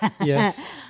yes